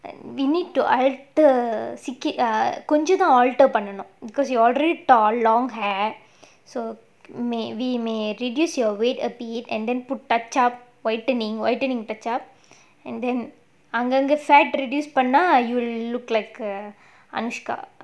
we need to alter கொஞ்சத்தான்:konjathaan because you already tall long hair so may we may reduce your weight a bit and then whitening whitening patch up and then பண்ணா:pannaa you like a anushka